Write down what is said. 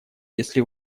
если